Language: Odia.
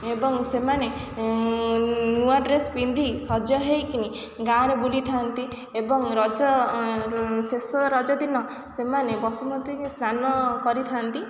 ଏବଂ ସେମାନେ ନୂଆ ଡ୍ରେସ୍ ପିନ୍ଧି ସଜ ହେଇକିନି ଗାଁରେ ବୁଲିଥାନ୍ତି ଏବଂ ରଜ ଶେଷ ରଜ ଦିନ ସେମାନେ ବସୁମତୀକି ସ୍ନାନ କରିଥାନ୍ତି